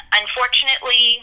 unfortunately